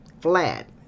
flat